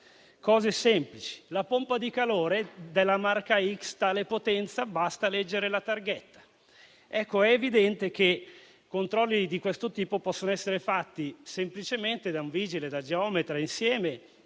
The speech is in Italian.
cose semplici. La pompa di calore della marca x ha tale potenza? Basta leggere la targhetta. Ecco, è evidente che controlli di questo tipo possono essere fatti semplicemente da un vigile e da un geometra insieme